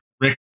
Rick